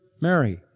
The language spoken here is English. Mary